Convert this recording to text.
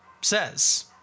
says